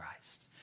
Christ